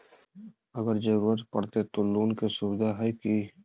अगर जरूरत परते तो लोन के सुविधा है की?